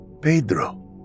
Pedro